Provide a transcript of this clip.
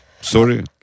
sorry